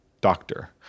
doctor